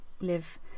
live